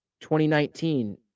2019